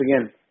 again